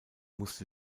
musste